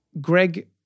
Greg